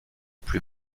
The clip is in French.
plus